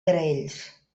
graells